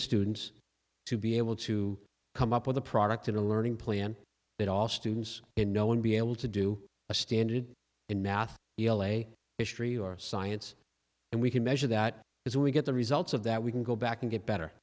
students to be able to come up with a product in a learning plan that all students and no one be able to do a standard in math the l a history or science and we can measure that as we get the results of that we can go back and get better